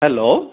hello